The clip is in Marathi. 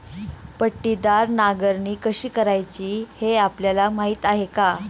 पट्टीदार नांगरणी कशी करायची हे आपल्याला माहीत आहे का?